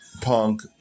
Punk